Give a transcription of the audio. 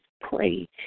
pray